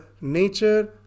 nature